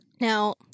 Now